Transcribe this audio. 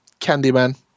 Candyman